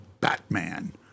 Batman